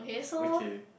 okay